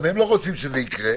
גם הם לא רוצים שזה יקרה,